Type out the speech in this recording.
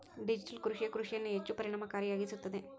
digital ಕೃಷಿಯೇ ಕೃಷಿಯನ್ನು ಹೆಚ್ಚು ಪರಿಣಾಮಕಾರಿಯಾಗಿಸುತ್ತದೆ